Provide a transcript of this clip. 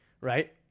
Right